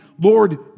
Lord